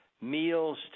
meals